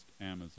Amazon